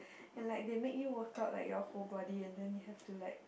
and like they make you work out like your whole body and then you have to like